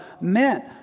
meant